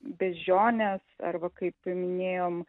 beždžiones arba kaip minėjom